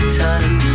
time